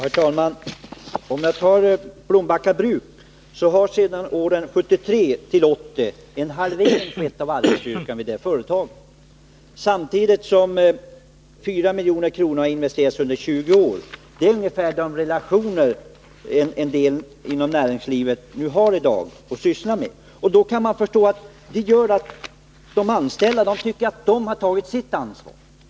Herr talman! I Blombacka bruk har en halvering av arbetsstyrkan skett under åren 1973-1980, samtidigt som 4 milj.kr. har investerats under en tid av 20 år. Det är sådana relationer man har att arbeta med inom näringslivet i dag. Då måste man förstå att de anställda tycker att de har tagit sitt ansvar.